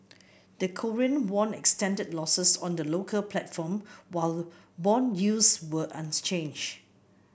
the Korean won extended losses on the local platform while bond yields were unchanged